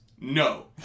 No